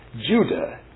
Judah